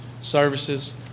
services